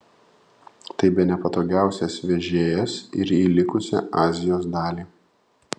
tai bene patogiausias vežėjas ir į likusią azijos dalį